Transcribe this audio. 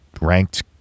ranked